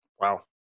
Wow